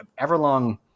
Everlong